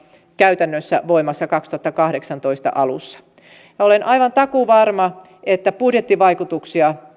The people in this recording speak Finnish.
käytännössä voimassa vuoden kaksituhattakahdeksantoista alussa olen aivan takuuvarma että budjettivaikutuksia